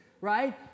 right